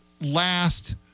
last